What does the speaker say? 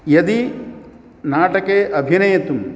यदि नाटके अभिनेतुं